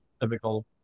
typical